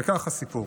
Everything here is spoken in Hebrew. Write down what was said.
וכך הסיפור: